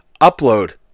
upload